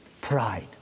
Pride